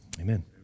amen